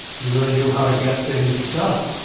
he really knew how to get things done.